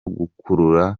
gukurura